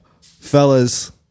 fellas